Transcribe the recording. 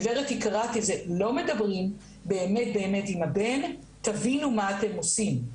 גברת יקרה לא מדברים באמת באמת עם הבן: תבינו מה אתם עושים,